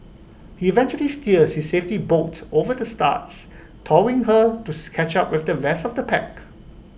eventually steers his safety boat over the starts towing her to scatch up with the rest of the pack